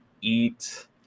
eat